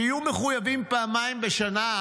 שיהיו מחויבים פעמיים בשנה.